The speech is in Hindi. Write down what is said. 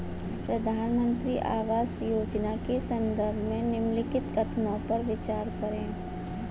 प्रधानमंत्री आवास योजना के संदर्भ में निम्नलिखित कथनों पर विचार करें?